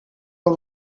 are